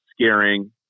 scaring